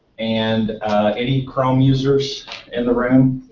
and any chrome users in the room?